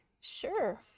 Sure